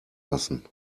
lassen